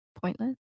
pointless